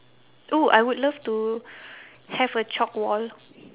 oo I would love to have a chalk wall